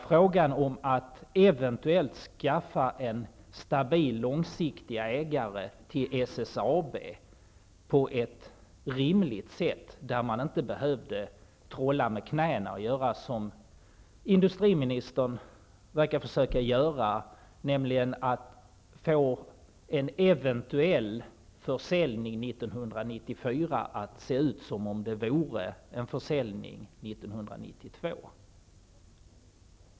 Frågan om att eventuellt skaffa stabila, långsiktiga ägare till SSAB hade kunnat hantera på ett rimligt sätt utan att man behövde trolla med knäna -- som industriministern verkade försöka göra, nämligen att få en eventuell försäljning 1994 att se ut som en försäljning 1992.